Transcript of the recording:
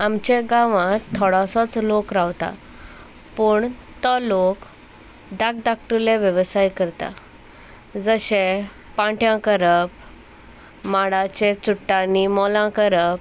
आमच्या गांवांत थोडोसोच लोक रावता पूण तो लोक दाक धाकटुले वेवसाय करता जशे पांट्यां करप माडाचे चुट्टांनी मोलां करप